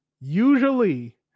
usually